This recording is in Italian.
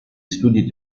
studi